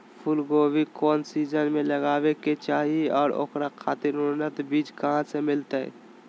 फूलगोभी कौन सीजन में लगावे के चाही और ओकरा खातिर उन्नत बिज कहा से मिलते?